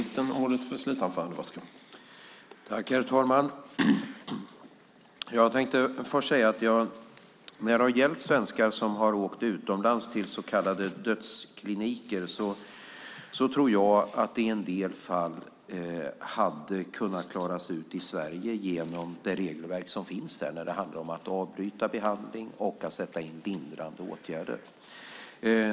Herr talman! Jag tänker först säga att jag när det gäller svenskar som har åkt utomlands till så kallade dödskliniker tror att det i en del fall hade kunnat klaras ut i Sverige genom de regelverk som finns här vad gäller att avbryta behandling och att sätta in lindrande åtgärder.